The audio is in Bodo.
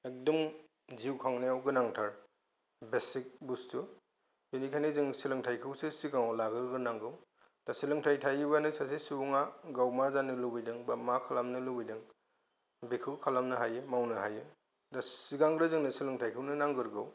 एकदम जिउखांनायाव गोनांथार बेसिक बुस्तु बेनिखायनो जों सोलोंथायखौसो सिगांआव लाग्रोग्रोनांगौ दा सोलोंथाय थायोबा नों सासे सुबुंआ गाव मा जानो लुबैदों बा मा खालामनो लुबैदों बेखौ खालामनो हायो मावनो हायो दा सिगां बे जोंनो सोलोंथाइखौनो नांग्रोगौ